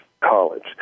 College